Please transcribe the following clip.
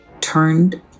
turned